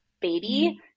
baby